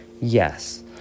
Yes